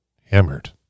hammered